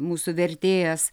mūsų vertėjas